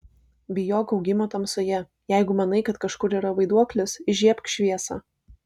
bijok augimo tamsoje jeigu manai kad kažkur yra vaiduoklis įžiebk šviesą